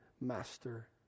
master